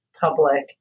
public